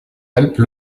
alpes